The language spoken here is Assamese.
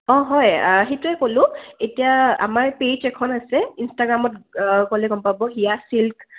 অঁ হয় সেইটোৱে ক'লোঁ এতিয়া আমাৰ পেইজ এখন আছে ইনষ্টাগ্ৰামত গ'লে গম পাব হিয়া চিল্ক